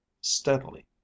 steadily